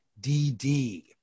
DD